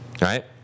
right